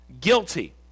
Guilty